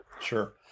sure